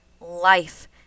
life